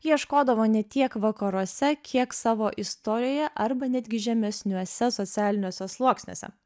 ieškodavo ne tiek vakaruose kiek savo istorijoje arba netgi žemesniuose socialiniuose sluoksniuose